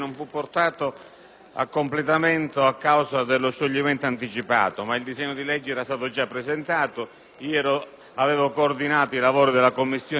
a compimento a causa dello scioglimento anticipato delle Camere, ma il disegno di legge era già stato presentato ed io avevo coordinato i lavori della commissione ministeriale.